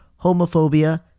homophobia